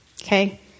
Okay